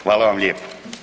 Hvala vam lijepa.